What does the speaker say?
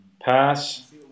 pass